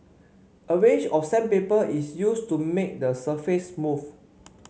a range of sandpaper is used to make the surface smooth